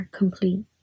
complete